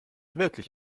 wirklich